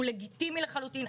הוא לגיטימי לחלוטין.